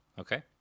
Okay